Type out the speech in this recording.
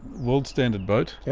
world standard boat. yeah